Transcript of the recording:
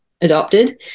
adopted